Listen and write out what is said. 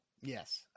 Yes